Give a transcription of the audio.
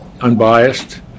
Unbiased